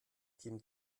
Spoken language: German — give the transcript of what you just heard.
team